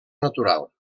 natural